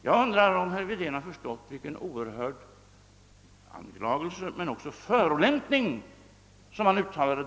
Jag undrar om herr Wedén har förstått vilken oerhörd anklagelse men också förolämpning som han uttalade.